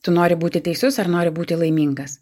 tu nori būti teisus ar nori būti laimingas